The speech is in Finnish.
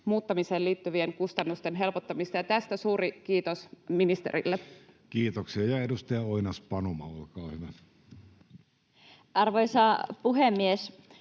kustannusten helpottamista, ja tästä suuri kiitos ministerille. Kiitoksia. — Edustaja Oinas-Panuma, olkaa hyvä. Arvoisa puhemies!